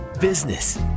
business